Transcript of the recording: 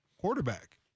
quarterback